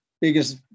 biggest